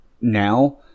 now